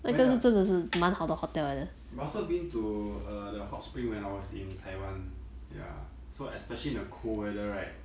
oh ya but I also been to uh the hot spring when I was in taiwan ya so especially in the cold weather right